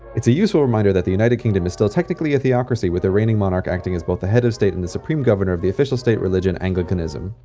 it's a useful reminder that the united kingdom is still, technically, a theocracy with the reigning monarch acting as both the head of state and the supreme governor of the official state religion anglicanism.